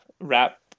rap